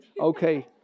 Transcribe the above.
Okay